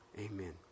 Amen